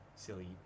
Silly